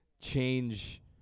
change